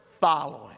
following